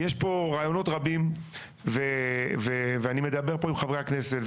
יש פה רעיונות רבים ואני מדבר פה עם חברי הכנסת,